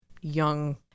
young